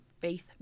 faith